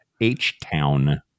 H-Town